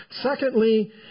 Secondly